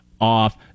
off